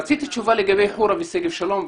רציתי תשובה לגבי חורה ושגב שלום.